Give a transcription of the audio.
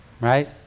right